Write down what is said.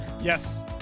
Yes